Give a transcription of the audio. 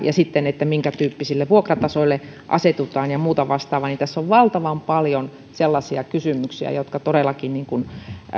ja minkä tyyppisille vuokratasoille asetutaan ja muuta vastaavaa niin tässä on valtavan paljon sellaisia kysymyksiä jotka todellakin